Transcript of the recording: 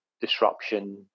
disruption